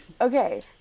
Okay